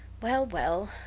well, well,